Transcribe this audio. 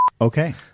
Okay